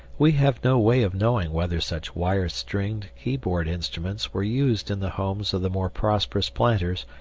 we have no way of knowing whether such wire-stringed, keyboard instruments were used in the homes of the more prosperous planters,